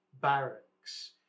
barracks